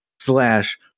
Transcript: slash